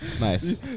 Nice